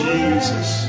Jesus